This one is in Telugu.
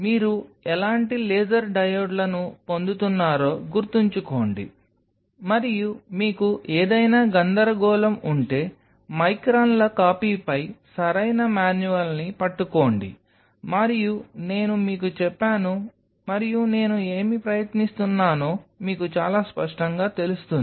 మీరు ఎలాంటి లేజర్ డయోడ్లను పొందుతున్నారో గుర్తుంచుకోండి మరియు మీకు ఏదైనా గందరగోళం ఉంటే మైక్రాన్ల కాపీపై సరైన మాన్యువల్ని పట్టుకోండి మరియు నేను మీకు చెప్పాను మరియు నేను ఏమి ప్రయత్నిస్తున్నానో మీకు చాలా స్పష్టంగా తెలుస్తుంది